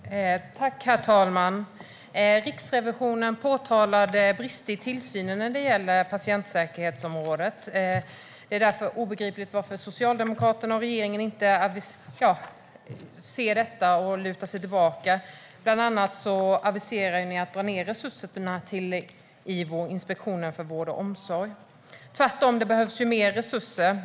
Riksrevisionens rapport om patientsäkerhet Herr talman! Riksrevisionen påtalade brister i tillsynen på patientsäkerhetsområdet. Det är därför obegripligt varför Socialdemokraterna och regeringen inte ser detta utan lutar sig tillbaka. Bland annat aviserar ni att dra ned på resurserna till Ivo, Inspektionen för vård och omsorg. Tvärtom behövs det mer resurser.